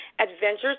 Adventures